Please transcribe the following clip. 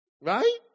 right